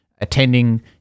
attending